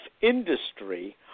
industry